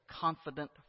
confident